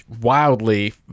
wildly